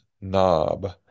Knob